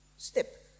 step